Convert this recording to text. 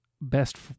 best